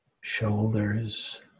shoulders